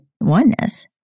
oneness